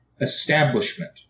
establishment